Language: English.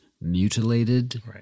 mutilated